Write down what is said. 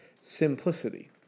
simplicity